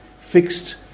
fixed